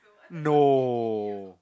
no